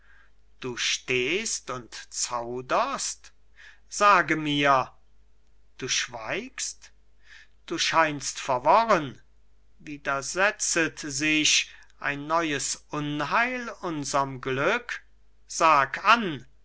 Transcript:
du stehst und zauderst sage mir du schweigst du scheinst verworren widersetzet sich ein neues unheil unserm glück sag an